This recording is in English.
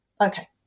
Okay